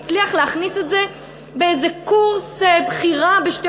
הצליח להכניס את זה באיזה קורס בחירה בשתי